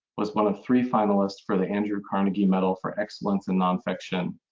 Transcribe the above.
was one of three finalist for the andrew carnegie metal for excellence in nonfiction.